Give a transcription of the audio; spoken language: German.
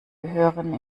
gehören